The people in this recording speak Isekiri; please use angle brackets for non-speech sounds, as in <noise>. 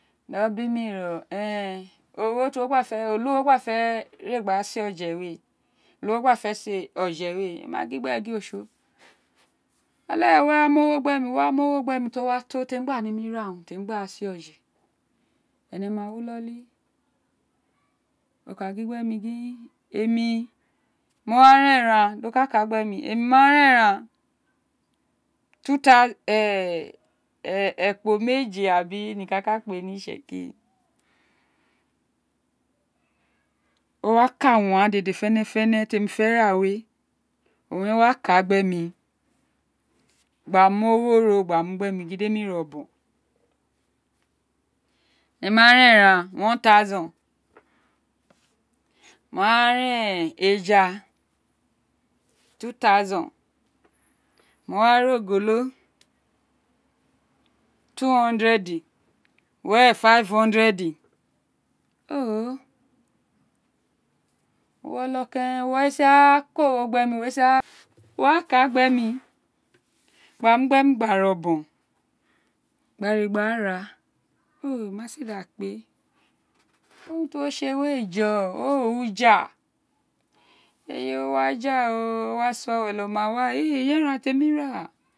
Ó bi mi ro éè ogho tí wofé olu wo gbáà fé sé oje we gba fe se je we magin gbe gum tsi od fire wowa mr ogho gbemi wa mr ogho abemi ti o wa to tempus olm wo memr ra unin gba se is eng ma wi lóò gin gbemí gin emr, mo wa ra eñan do kaka bemr emi ma ng eran <unintelligible> ekpo meji ta bí niko owun a ka kpe ní itsèkírì <hesitation> o wa káà urun ghaan dede owain re wa ka swaka gbemt gby ma ogho rogbe mi obon on emí ma ra eraneja.